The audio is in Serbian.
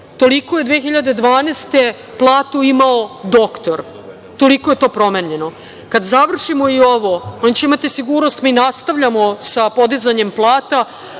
toliko je 2012. godine platu imao doktor. Toliko je to promenjeno. Kad završimo i ovo oni će imati sigurnost mi nastavljamo sa podizanjem plata,